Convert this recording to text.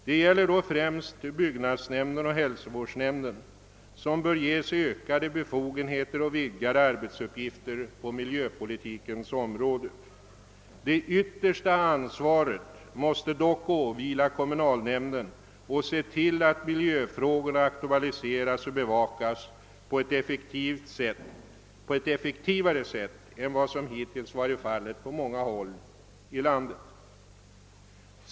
Det gäller då främst byggnadsnämnden och hälsovårdsnämnden, som bör ges ökade befogenheter och vidgade arbetsuppgifter på miljöpolitikens område. Det yttersta ansvaret då det gäller att se till att miljöfrågorna aktualiseras och bevakas på ett effektivare sätt än vad som hittills varit fallet på de flesta håll i landet måste dock åvila kommunalnämnden.